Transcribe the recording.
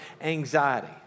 anxiety